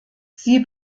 sie